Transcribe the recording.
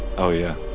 oh yeah.